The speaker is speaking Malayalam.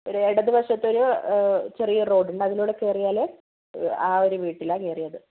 ഒരു ഇടത് വശത്തൊരു ചെറിയൊരു റോഡ് ഉണ്ട് അതിലൂടെ കയറിയാൽ ആ ഒരു വീട്ടിലാണ് കയറിയത്